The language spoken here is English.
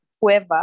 whoever